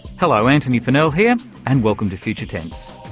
hello, antony funnell here and welcome to future tense.